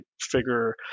figure